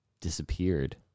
disappeared